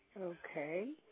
Okay